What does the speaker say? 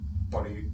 body